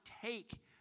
take